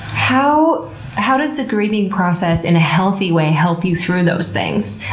how how does the grieving process, in a healthy way, help you through those things?